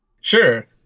Sure